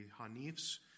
Hanif's